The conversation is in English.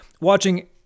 watching